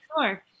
Sure